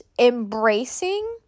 embracing